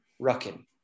Rucking